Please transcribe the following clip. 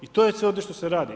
I to je sve ovdje što se radi.